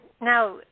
now